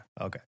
Okay